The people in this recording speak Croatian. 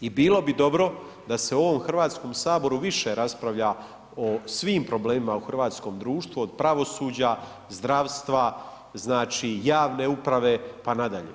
I bilo bi dobro da se u ovom Hrvatskom saboru više raspravlja o svim problemima u hrvatskom društvu od pravosuđa, zdravstva, znači javne uprave pa na dalje.